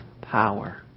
power